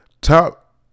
Top